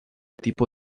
tipo